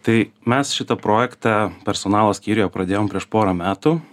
tai mes šitą projektą personalo skyriuje pradėjom prieš porą metų